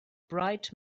bright